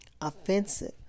offensive